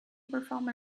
perform